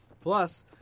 Plus